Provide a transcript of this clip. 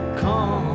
come